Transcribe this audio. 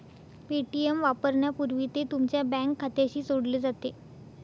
Paytm वापरण्यापूर्वी ते तुमच्या बँक खात्याशी जोडले जाते